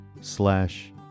slash